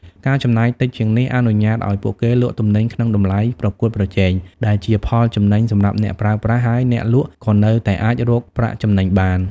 ការចំណាយតិចជាងនេះអនុញ្ញាតឲ្យពួកគេលក់ទំនិញក្នុងតម្លៃប្រកួតប្រជែង ដែលជាផលចំណេញសម្រាប់អ្នកប្រើប្រាស់ ហើយអ្នកលក់ក៏នៅតែអាចរកប្រាក់ចំណេញបាន។